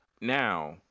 Now